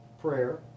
Prayer